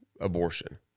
abortion